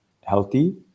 healthy